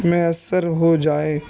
میسر ہو جائے